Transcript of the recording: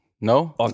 no